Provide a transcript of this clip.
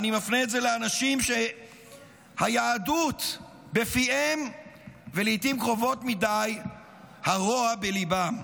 ואני מפנה את זה לאנשים שהיהדות בפיהם ולעיתים קרובות מדי הרוע בליבם.